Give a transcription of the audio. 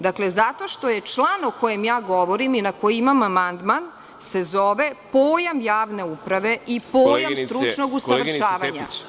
Dakle, zato što je član o kome ja govorim i na koji imam amandman se zove – pojam javne uprave i pojam stručnog usavršavanja.